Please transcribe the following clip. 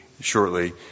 shortly